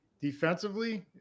defensively